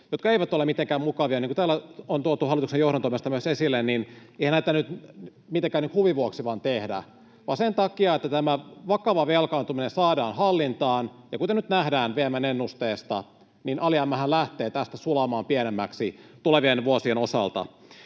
jotka eivät ole mitenkään mukavia. Niin kuin täällä on tuotu hallituksen johdon toimesta myös esille, niin eihän näitä nyt mitenkään huvin vuoksi vain tehdä, vaan sen takia, että tämä vakava velkaantuminen saadaan hallintaan, ja kuten nyt nähdään VM:n ennusteesta, niin alijäämähän lähtee tästä sulamaan pienemmäksi tulevien vuosien osalta.